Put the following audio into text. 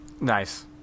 Nice